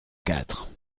quatre